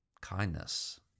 kindness